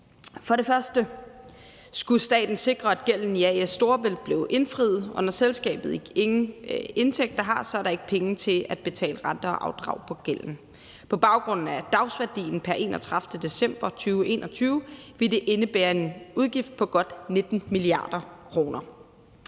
og fremmest skulle staten sikre, at gælden i A/S Storebælt blev indfriet, og når selskabet ingen indtægter har, er der ikke penge til at betale renter og afdrag på gælden. På baggrund af dagsværdien pr. 31. december 2021 ville det indebære en udgift på godt 19 mia. kr.